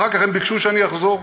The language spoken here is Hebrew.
אחר כך הם ביקשו שאני אחזור,